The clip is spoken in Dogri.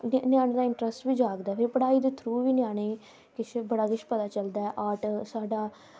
ञ्याणें दा इंटरस्ट बी जागदा फिर पढ़ाई दे थ्रू बी ञ्याणेंई किश बड़ा किश पता चलदा आर्ट साढ़ा